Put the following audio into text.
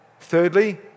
Thirdly